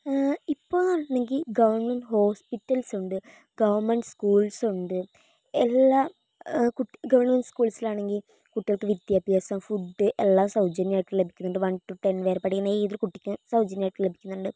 ഇപ്പോഴെന്നു പറഞ്ഞിട്ടുണ്ടെങ്കിൽ government hospitals ഉണ്ട് government schools ഉണ്ട് എല്ലാ ഗവൺമെന്റ് സ്കൂൾസിലാണെങ്കിൽ കുട്ടികൾക്ക് വിദ്യാഭ്യാസം ഫുഡ്ഡ് എല്ലാം സൗജന്യമായിട്ട് ലഭിക്കുന്നുണ്ട് വൺ ടു ടെൻ വരെ പഠിക്കുന്ന ഏതൊരു കുട്ടിക്കും സൗജന്യമായിട്ട് ലഭിക്കുന്നുണ്ട്